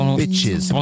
bitches